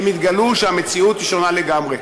הם יגלו שהמציאות שונה לגמרי.